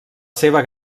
seva